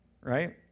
Right